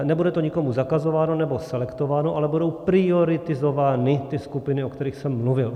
Nebude to nikomu zakazováno, nebo selektováno, ale budou prioritizovány ty skupiny, o kterých jsem mluvil.